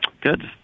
Good